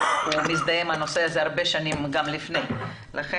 מזדהה עם הנושא הזה הרבה שנים כבר לפני כן.